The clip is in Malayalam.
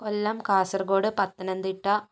കൊല്ലം കാസർകോഡ് പത്തനംത്തിട്ട